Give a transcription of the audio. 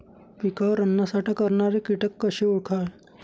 पिकावर अन्नसाठा करणारे किटक कसे ओळखावे?